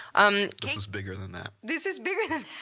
um this is bigger than that. this is bigger than